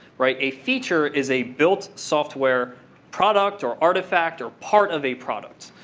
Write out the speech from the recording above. right? a feature is a built software product or artifact or part of a product.